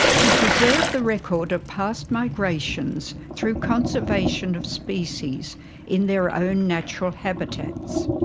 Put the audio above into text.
to preserve the record of past migrations through conservation of species in their own natural habitats.